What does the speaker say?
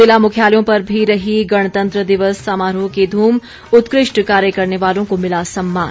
ज़िला मुख्यालयों पर भी रही गणतंत्र दिवस समारोह की धूम उत्कृष्ट कार्य करने वालों को मिला सम्मान